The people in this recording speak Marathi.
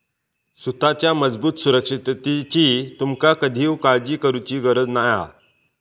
सुताच्या मजबूत सुरक्षिततेची तुमका कधीव काळजी करुची गरज नाय हा